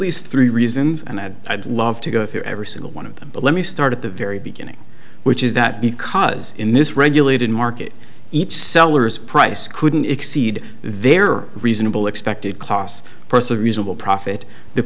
least three reasons and that i'd love to go through every single one of them but let me start at the very beginning which is that because in this regulated market each sellers price couldn't exceed their reasonable expected class person reasonable profit the